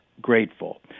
grateful